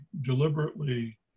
deliberately